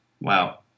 Wow